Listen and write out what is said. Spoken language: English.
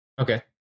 Okay